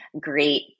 great